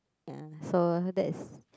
ya so that's